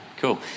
Cool